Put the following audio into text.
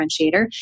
differentiator